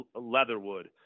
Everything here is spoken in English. Leatherwood